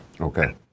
Okay